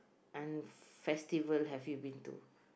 and festival have you been to